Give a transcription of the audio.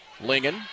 Lingen